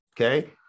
okay